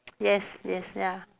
yes yes ya